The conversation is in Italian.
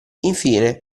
infine